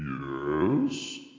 Yes